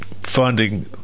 funding